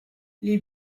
les